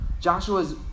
Joshua's